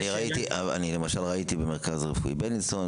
ראיתי במרכז רפואי בילינסון,